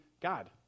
God